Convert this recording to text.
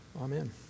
Amen